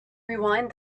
rewind